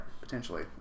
potentially